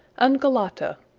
ungulata,